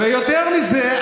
ויותר מזה,